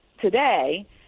today